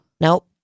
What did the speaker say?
Nope